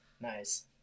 nice